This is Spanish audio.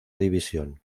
división